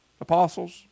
Apostles